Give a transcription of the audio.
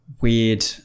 weird